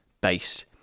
based